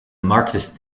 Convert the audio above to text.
marxist